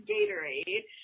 Gatorade